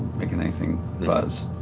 making anything buzz.